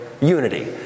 unity